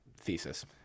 thesis